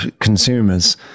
consumers